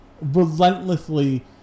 relentlessly